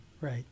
Right